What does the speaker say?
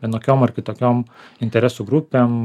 vienokiom ar kitokiom interesų grupėm